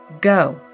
Go